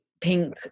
Pink